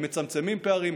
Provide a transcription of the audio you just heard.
הן מצמצמות פערים,